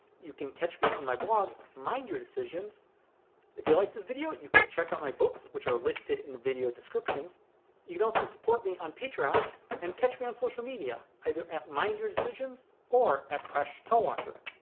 you can catch me on my blog mind your decisions if you like this video you can check out my books which are listed in the video description you can also support me on patreon and catch me on social media either at mindyourdecisions or at preshtalwalkar.